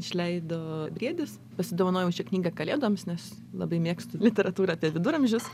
išleido briedis pasidovanojau šią knygą kalėdoms nes labai mėgstu literatūrą apie viduramžius